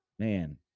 Man